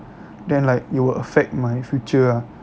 then like it will affect my future ah